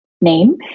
name